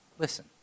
Listen